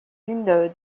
l’une